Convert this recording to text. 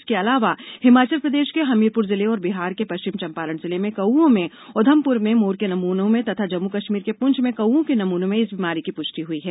इसके अलावा हिमाचल प्रदेश के हमीरपुर जिले में और बिहार के पश्चिम चंपारण जिले में कौओं में उधमपुर में मोर के नमूनों में तथा जम्मू कश्मीर के प्रछ में कौओं के नमूनों में इस बीमारी की प्रष्टि हुई है